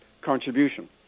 contribution